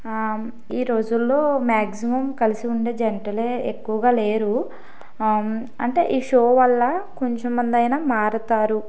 ఈ రోజుల్లో మాక్సిమం కలిసి ఉండే జంటలే ఎక్కువగా లేరు అంటే ఈ షో వల్ల కొంచెం మంది అయినా మారుతారు